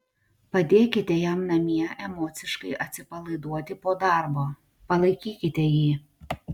padėkite jam namie emociškai atsipalaiduoti po darbo palaikykite jį